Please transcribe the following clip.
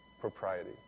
propriety